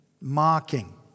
mocking